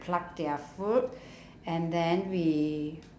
pluck their fruit and then we